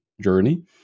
journey